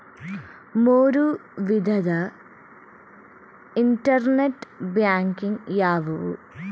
ಮೂರು ವಿಧದ internet banking ಯಾವುವು?